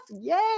Yay